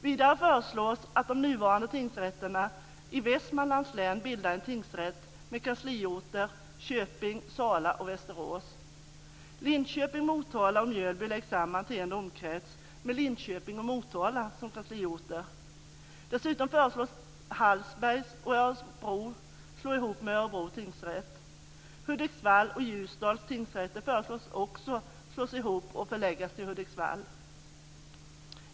Vidare föreslås att de nuvarande tingsrätterna i Västmanlands län bildar en tingsrätt med kansliorter i Mjölby läggs samman till en domkrets med Linköping och Motala som kansliorter. Dessutom föreslås att Hallsberg och Örebro slås ihop till Örebro tingsrätt. Hudiksvalls och Ljusdals tingsrätter föreslås också slås ihop och förläggas till Hudiksvall.